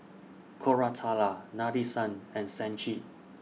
Koratala Nadesan and Sachin